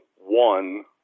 one